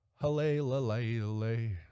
hallelujah